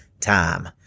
time